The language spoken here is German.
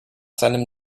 seinem